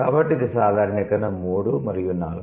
కాబట్టి ఇది సాధారణీకరణ 3 మరియు 4